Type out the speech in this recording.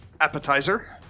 appetizer